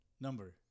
number